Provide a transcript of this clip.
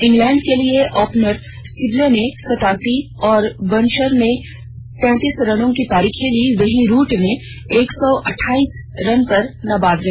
England के लिए opener Sibley ने सतासी और बर्न्श ने तैतीस रनों की पारी खेली वहीं रूट एक सौ अठाइस रन पर नाबाद हैं